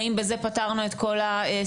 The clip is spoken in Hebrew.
האם בזה פתרנו את כל הסיפור?